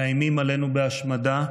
מאיימים עלינו בהשמדה.